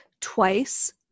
twice